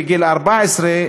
בגיל 14,